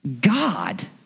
God